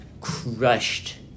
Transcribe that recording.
crushed